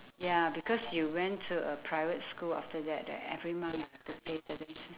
ya because you went to a private school after that leh every month we have to pay certain